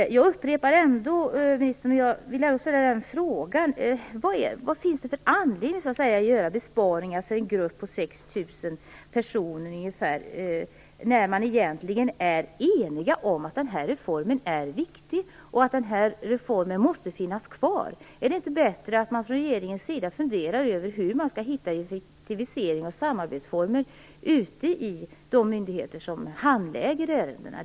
Jag vill återigen ställa frågan om vad det finns för anledning att göra besparingar för en grupp på 6 000 personer när vi egentligen är eniga om att den här reformen är viktig och att den måste finnas kvar. Är det inte bättre att regeringen funderar över hur man skall hitta effektiviseringar och samarbetsformer ute i de myndigheter som handlägger ärendena?